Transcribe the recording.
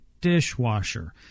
dishwasher